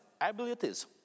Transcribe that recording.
abilities